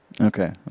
Okay